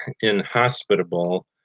inhospitable